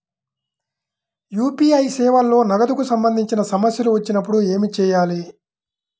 UPI సేవలలో నగదుకు సంబంధించిన సమస్యలు వచ్చినప్పుడు ఏమి చేయాలి?